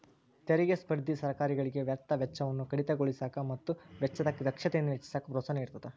ತೆರಿಗೆ ಸ್ಪರ್ಧೆ ಸರ್ಕಾರಗಳಿಗೆ ವ್ಯರ್ಥ ವೆಚ್ಚವನ್ನ ಕಡಿತಗೊಳಿಸಕ ಮತ್ತ ವೆಚ್ಚದ ದಕ್ಷತೆಯನ್ನ ಹೆಚ್ಚಿಸಕ ಪ್ರೋತ್ಸಾಹ ನೇಡತದ